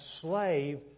slave